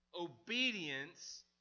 Obedience